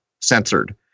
censored